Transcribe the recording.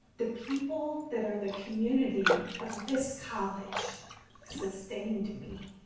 the people that are the community of this college sustained me.